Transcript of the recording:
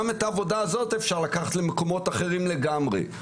גם את העבודה הזאת אפשר לקחת למקומות אחרים לגמרי,